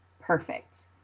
perfect